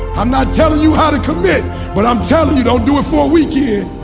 i'm not telling you how to commit but i'm telling you don't do it for a weekend.